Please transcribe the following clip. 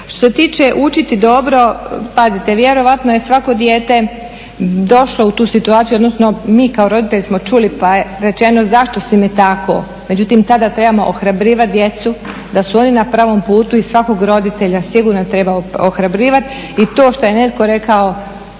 Što se tiče učiti dobro, pazite vjerojatno je svako dijete došlo u tu situaciju, odnosno mi kao roditelji smo čuli pa je rečeno, zašto si mi tako. Međutim tada trebamo ohrabrivati djecu da su oni na pravom putu i svakog roditelja sigurno treba ohrabrivati i to što je netko rekao